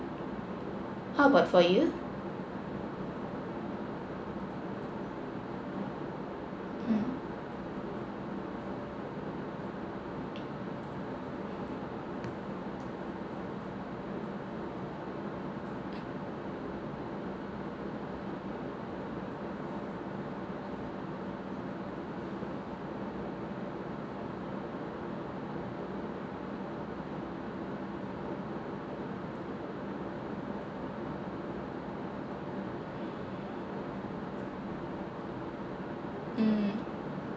how about for you mm mm